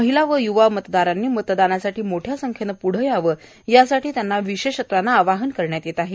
महिला व युवा मतदारांनी मतदानासाठी मोठया संख्येने पुढे येण्यासाठी त्यांना विशेषत्वाने आवाहन करण्यात येत आहे